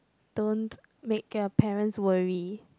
don't make your parents worry